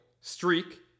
streak